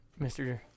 Mr